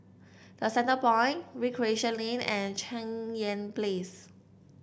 The Centrepoint Recreation Lane and Cheng Yan Place